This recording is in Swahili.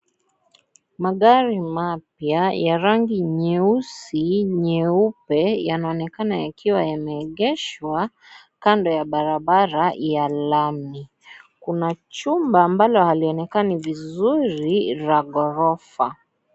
Magari mapya ya rangi nyeusi , nyeupe yanaonekana yakiwa yameegeshwa kando ya barabara ya lami kuna chumba ambalo alionekani vizuri la ghorofa.